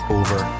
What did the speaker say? over